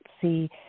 see